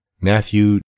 Matthew